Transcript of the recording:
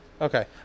Okay